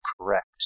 correct